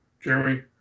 Jeremy